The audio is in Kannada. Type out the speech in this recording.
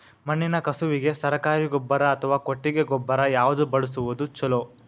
ಮಣ್ಣಿನ ಕಸುವಿಗೆ ಸರಕಾರಿ ಗೊಬ್ಬರ ಅಥವಾ ಕೊಟ್ಟಿಗೆ ಗೊಬ್ಬರ ಯಾವ್ದು ಬಳಸುವುದು ಛಲೋ?